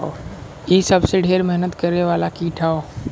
इ सबसे ढेर मेहनत करे वाला कीट हौ